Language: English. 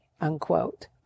unquote